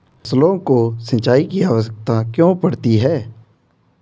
फसलों को सिंचाई की आवश्यकता क्यों पड़ती है?